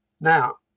Now